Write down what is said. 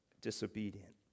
disobedient